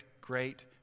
great